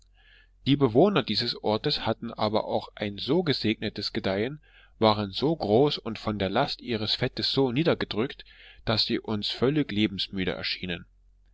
die bewohner dieses orts hatten aber auch ein so gesegnetes gedeihen waren so groß und von der last ihres fettes so niedergedrückt daß sie uns völlig lebensmüde erschienen